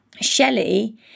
Shelley